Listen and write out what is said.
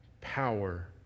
power